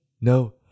No